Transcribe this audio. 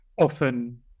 often